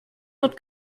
not